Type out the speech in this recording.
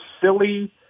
silly